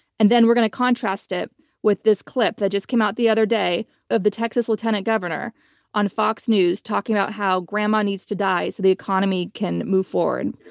and then we're going to contrast it with this clip that just came out the other day of the texas lieutenant governor on fox news talking about how grandma needs to die so the economy can move forward.